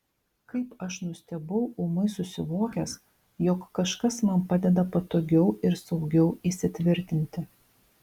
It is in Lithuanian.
kaip aš nustebau ūmai susivokęs jog kažkas man padeda patogiau ir saugiau įsitvirtinti